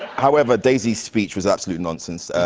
however, daisy's speech was absolute nonsense.